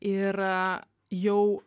ir jau